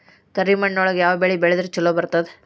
ಕರಿಮಣ್ಣೊಳಗ ಯಾವ ಬೆಳಿ ಬೆಳದ್ರ ಛಲೋ ಬರ್ತದ?